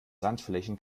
sandflächen